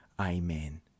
Amen